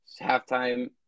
Halftime